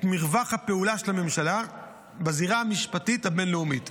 מרווח הפעולה של הממשלה בזירה המשפטית הבין-לאומית,